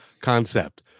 concept